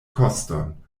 koston